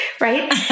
right